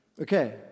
Okay